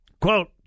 Quote